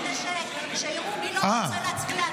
תגייס, אולי כדי שיראו מי לא רוצה להצביע על זה.